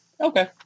Okay